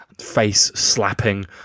face-slapping